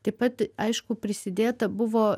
taip pat aišku prisidėta buvo